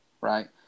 right